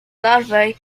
larvae